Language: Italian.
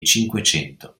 cinquecento